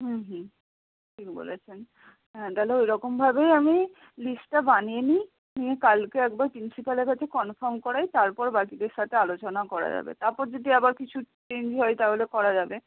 হুম হুম ঠিক বলেছেন হ্যাঁ তাহলে ওইরকমভাবেই আমি লিস্টটা বানিয়ে নিই নিয়ে কালকে একবার প্রিন্সিপ্যালের কাছে কনফার্ম করাই তারপর বাকিদের সাথে আলোচনা করা যাবে তারপর যদি আবার কিছু চেঞ্জ হয় তাহলে করা যাবে